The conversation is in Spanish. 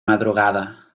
madrugada